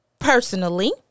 Personally